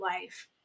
life